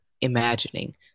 imagining